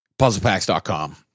Puzzlepacks.com